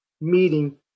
meeting